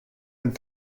and